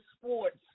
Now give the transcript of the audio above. sports